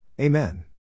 Amen